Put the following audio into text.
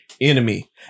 enemy